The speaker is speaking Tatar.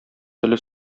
теле